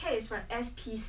oh serious